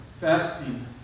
Fasting